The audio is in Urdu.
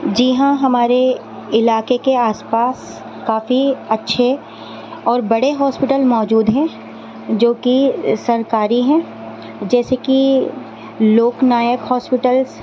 جی ہاں ہمارے علاقے کے آس پاس کافی اچھے اور بڑے ہاسپٹل موجود ہیں جو کہ سرکاری ہیں جیسے کہ لوک نایک ہاسپٹلس